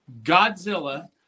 Godzilla